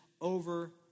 over